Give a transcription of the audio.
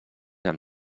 amb